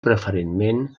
preferentment